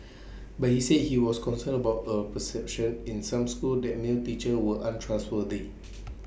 but he said he was concerned about A perception in some schools that male teachers were untrustworthy